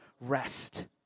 rest